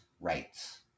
rights